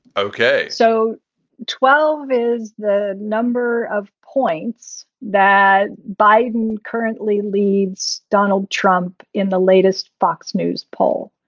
ok, so twelve is the number of points that biden currently leads donald trump in the latest fox news poll.